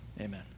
Amen